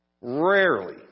Rarely